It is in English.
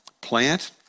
plant